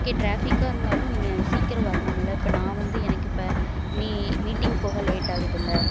okay டிராஃபிக்கா இருந்தாலும் நீங்கள் சீக்கிரம் வரணுமுல்ல இப்போ நான் வந்து எனக்கு இப்போ மீ மீட்டிங் போக லேட்டாகுதுல்ல